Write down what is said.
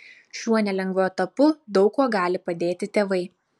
šiuo nelengvu etapu daug kuo gali padėti tėvai